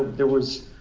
there was